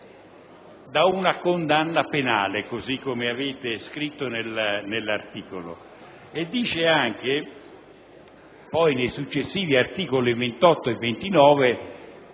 da una condanna penale, così come avete scritto nell'articolo; dice anche, nei successivi articoli 28 e 29,